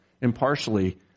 impartially